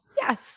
Yes